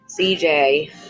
cj